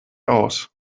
aus